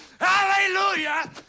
Hallelujah